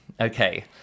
Okay